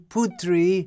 Putri